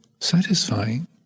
satisfying